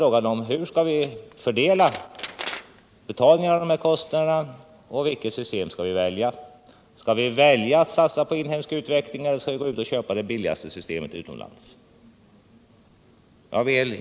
Frågan gäller hur vi skall fördela betalningarna och vilket system vi skall välja. Skall vi välja att satsa på inhemsk utveckling eller skall vi köpa det billigaste systemet utomlands?